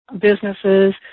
businesses